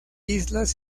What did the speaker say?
islas